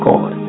God